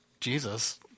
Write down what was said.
Jesus